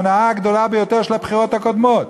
ההונאה הגדולה ביותר של הבחירות הקודמות.